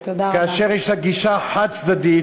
כאשר יש לה גישה חד-צדדית.